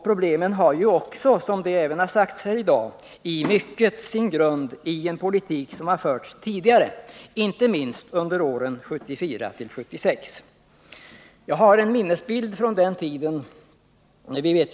Som har sagts här i dag har problemen i mycket också sin grund i den politik som har förts tidigare, inte minst under åren 1974-1976.